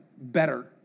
better